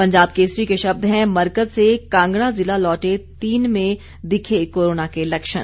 पंजाब केसरी के शब्द हैं मरकज से कांगड़ा जिला लौटे तीन में दिखे कोरोना के लक्षण